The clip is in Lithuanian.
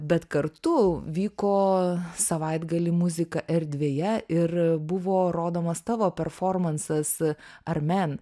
bet kartu vyko savaitgalį muzika erdvėje ir buvo rodomas tavo performansas armen